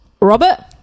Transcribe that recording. Robert